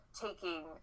taking